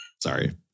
Sorry